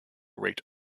rate